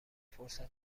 فرصتها